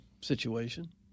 situation